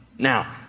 Now